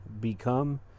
Become